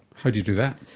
how do you do that?